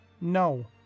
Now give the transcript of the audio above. No